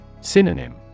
Synonym